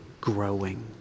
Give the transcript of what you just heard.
growing